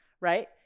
right